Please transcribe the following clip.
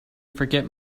forget